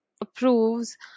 approves